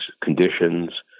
conditions